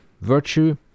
virtue